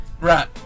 Right